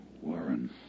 Warren